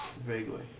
vaguely